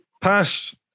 pass